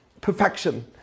perfection